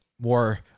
more